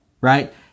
Right